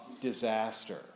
disaster